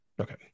Okay